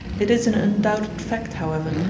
it is an undoubted fact, however,